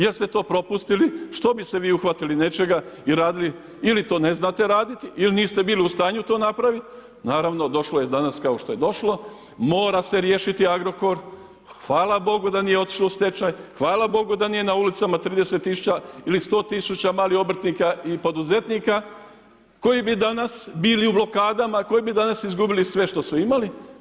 Jer ste to propustili, što bi se vi uhvatili nečega i radili ili to ne znate raditi ili niste bili u stanju to napraviti, naravno došlo je danas kao što je došlo, mora se riješiti Agrokor, hvala Bogu da nije otišo u stečaj, hvala Bogu da nije na ulicama 30 000 ili 100 000 malih obrtnika i poduzetnika koji bi danas bili u blokadama, koji bi danas izgubili sve što su imali.